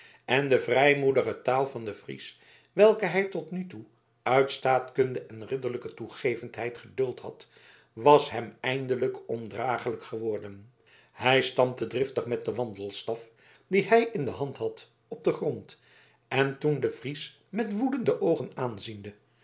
en de vrijmoedige taal van den fries welke hij tot nu toe uit staatkunde en ridderlijke toegevendheid geduld had was hem eindelijk ondraaglijk geworden hij stampte driftig met den wandelstaf dien hij in de hand had op den grond en toen den fries met woedende oogen aanziende